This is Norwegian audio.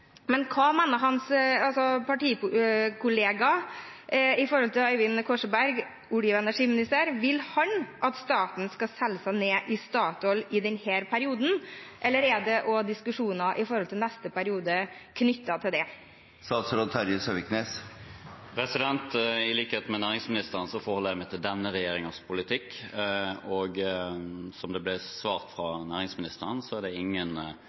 men hva mener Øyvind Korsbergs partikollega, olje- og energiministeren? Vil han at staten skal selge seg ned i Statoil i denne perioden, eller er det også diskusjoner om neste periode knyttet til dette? I likhet med næringsministeren forholder jeg meg til denne regjeringens politikk. Og som det ble svart fra næringsministeren, er det ingen